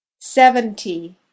seventy